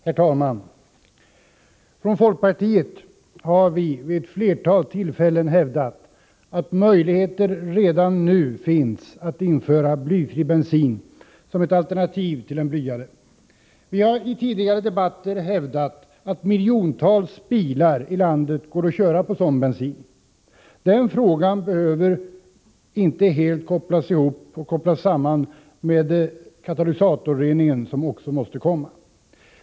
Herr talman! Från folkpartiets sida har vi vid ett flertal tillfällen hävdat att möjligheter redan nu finns att införa blyfri bensin som ett alternativ till den blyade. Vi har i tidigare debatter framhållit att miljontals bilar i landet går att köra på sådan bensin. Frågan om blyfri bensin behöver sålunda inte helt kopplas samman med katalysatorreningen, som också måste komma.